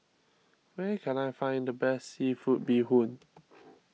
where can I find the best Seafood Bee Hoon